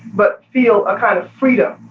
but feel a kind of freedom,